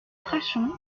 frachon